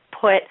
put